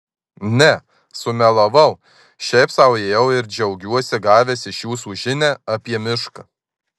ne sumelavau šiaip sau ėjau ir džiaugiuosi gavęs iš jūsų žinią apie mišką